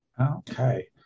Okay